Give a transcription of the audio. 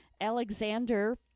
Alexander